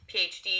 PhD